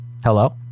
hello